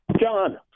John